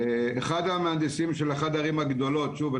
אחד המהנדסים של אחת הערים הגדולות שוב,